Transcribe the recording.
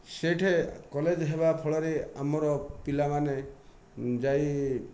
ସେଇଠେ କଲେଜ ହେବା ଫଳରେ ଆମର ପିଲା ମାନେ ଯାଇ